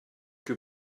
que